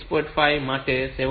5 માટે તે 7